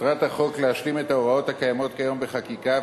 מטרת הצעת החוק להשלים את ההוראות הקיימות כיום בחקיקה,